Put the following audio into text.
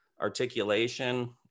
articulation